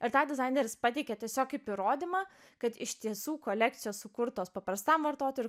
ar tą dizaineris pateikė tiesiog kaip įrodymą kad iš tiesų kolekcijos sukurtos paprastam vartotojui ir